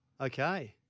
Okay